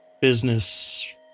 business